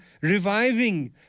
reviving